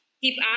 Keep